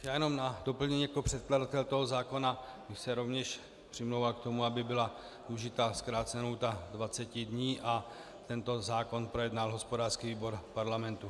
Já jenom na doplnění jako předkladatel toho zákona bych se rovněž přimlouval k tomu, aby byla využita zkrácená lhůta 20 dní a tento zákon projednal hospodářský výbor parlamentu.